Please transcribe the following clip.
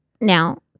now